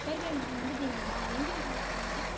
பேர்பெரியாங்குப்பம் வந்துட்டீங்களா எங்கே இருக்கீங்க இப்போ நீங்கள்